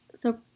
the-